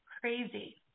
crazy